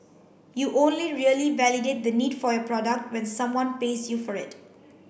you only really validate the need for your product when someone pays you for it